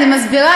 אני מסבירה.